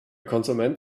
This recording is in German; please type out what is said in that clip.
konsument